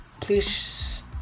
please